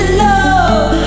love